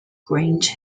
grange